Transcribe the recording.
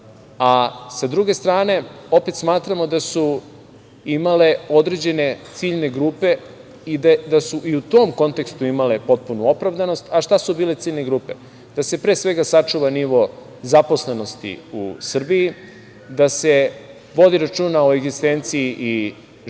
a sa druge strane opet smatramo da su imale određene ciljne grupe i da su i u tom kontekstu imale potpunu opravdanost. Šta su bile ciljne grupe? Da se pre svega sačuva nivo zaposlenosti zaposlenosti u Srbiji, da se vodi računa o egzistenciji i životnom